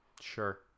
sure